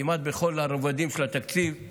כמעט בכל הרבדים של התקציב,